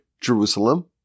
Jerusalem